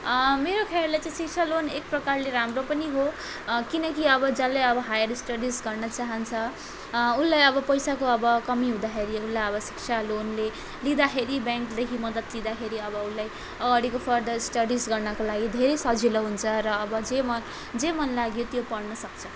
मेरो फेमले चाहिँ शिक्षा लोन एक प्रकारले राम्रो पनि हो किनकि अब जसले अब हायर स्टडिज गर्न चाहन्छ उसलाई अब पैसाको अब कमी हुँदाखेरि उसलाई अब शिक्षा लोनले लिँदाखेरि ब्याङ्कदेखि मदत लिँदाखेरि अब उसलाई अगाडिको फर्दर स्टडिज गर्नको लागि धेरै सजिलो हुन्छ र अब चाहिँ जे मनलाग्यो त्यो पढ्नसक्छ